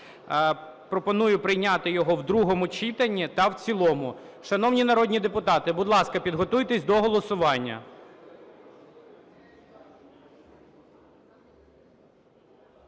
Пропоную прийняти його в другому читанні та в цілому. Шановні народні депутати, будь ласка, підготуйтесь до голосування.